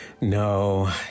No